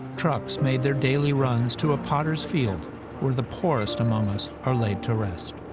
trucks made their daily runs to ah potter's field where the poorest among us are laid to rest.